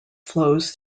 flows